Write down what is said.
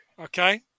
Okay